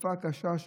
בתקופה קשה,